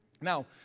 Now